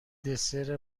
دسر